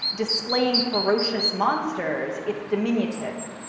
displaying ferocious monsters, it's diminutive,